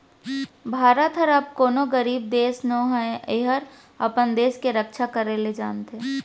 भारत हर अब कोनों गरीब देस नो हय एहर अपन देस के रक्छा करे ल जानथे